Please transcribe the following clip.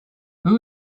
who